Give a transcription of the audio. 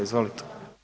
Izvolite.